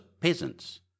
peasants